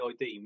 ID